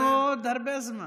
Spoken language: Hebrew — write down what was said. יש לנו עוד הרבה זמן.